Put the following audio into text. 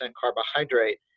carbohydrate